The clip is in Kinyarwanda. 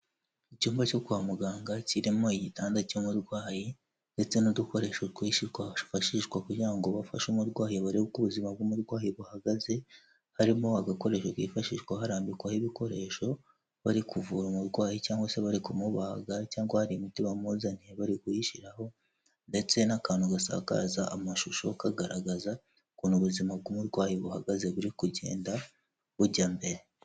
Icyumba cyo kwa muganga kirimo igitanda cy'umurwayi ndetse n'udukoresho twinshi twafashishwa kugira ngo bafashe umurwayi barebe uko ubuzima bw'umurwayi buhagaze, harimo agakoresho kifashishwa harambikwaho ibikoresho bari kuvura umurwayi cyangwa se bari kumubaga cyangwa hari imiti bamuzaniye bari kuyishyiraho ndetse n'akantu gasakaza amashusho kagaragaza ukuntu ubuzima bw'umurwayi buhagaze, buri kugenda bujya mbere.